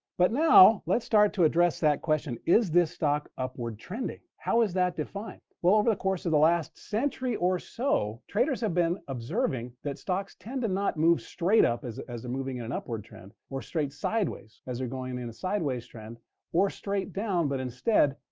but now, let's start to address that question. is this stock upward trending? how is that defined? well, over the course of the last century or so, traders have been observing that stocks tend to not move straight up as they're moving in an upward trend or straight sideways as they're going and in a sideways trend or straight down. but instead,